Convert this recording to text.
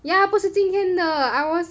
ya 不是今天的 I was